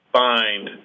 find